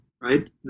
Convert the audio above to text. right